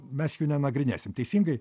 mes jų nenagrinėsim teisingai